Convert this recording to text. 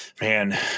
Man